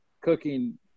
cooking